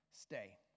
stay